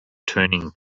turning